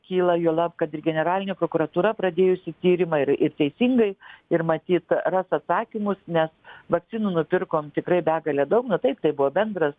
kyla juolab kad ir generalinė prokuratūra pradėjusi tyrimą ir teisingai ir matyt ras atsakymus nes vakcinų nupirkom tikrai begalę daug nu taip tai buvo bendras